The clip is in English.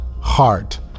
heart